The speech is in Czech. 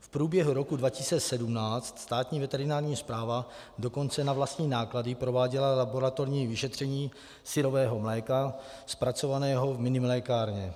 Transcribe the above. V průběhu roce 2017 Státní veterinární správa dokonce na vlastní náklady prováděla laboratorní vyšetření syrového mléka zpracovaného v minimlékárně.